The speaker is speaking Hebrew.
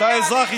אתה אזרח ישראלי,